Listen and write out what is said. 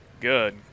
Good